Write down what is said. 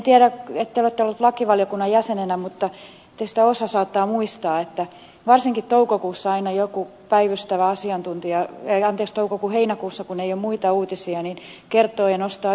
ette ole ollut lakivaliokunnan jäsenenä mutta teistä osa saattaa muistaa että varsinkin heinäkuussa aina joku päivystävä asiantuntija kun ei ole muita uutisia kertoo ja nostaa yksittäisiä juttuja